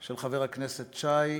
של חבר הכנסת שי.